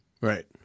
Right